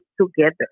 together